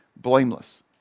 blameless